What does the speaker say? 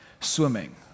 swimming